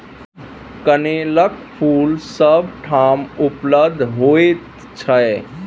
कनेलक फूल सभ ठाम उपलब्ध होइत छै